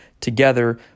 together